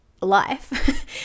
life